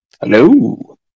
Hello